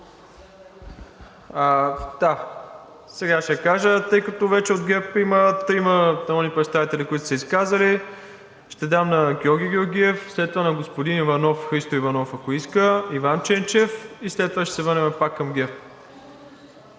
сега ще кажа. Тъй като вече от ГЕРБ има трима народни представители, които са се изказали, ще дам думата на Георги Георгиев, след това на господин Христо Иванов, ако иска, Иван Ченчев, след това ще се върнем пак към ГЕРБ.